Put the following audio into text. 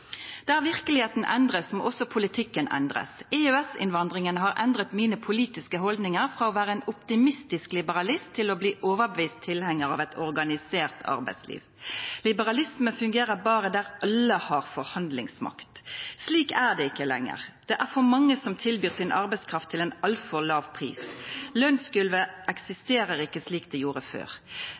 der alle har forhandlingsmakt. Slik er det ikke lenger. Det er for mange som tilbyr sin arbeidskraft til en altfor lav pris. Lønnsgulvet eksisterer ikke slik det gjorde før.